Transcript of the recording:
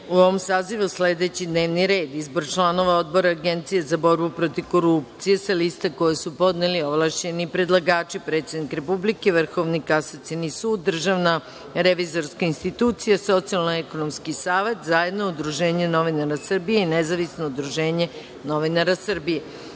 je sledećiD n e v n i r e d1. Izbor članova Odbora Agencije za borbu protiv korupcije, sa lista koje su podneli ovlašćeni predlagači:- predsednik Republike- Vrhovni kasacioni sud- Državna revizorska institucija- Socijalno-ekonomski savet- zajedno Udruženje novinara Srbije i Nezavisno udruženje novinara Srbije;2.